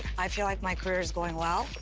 i feel like my career is going well.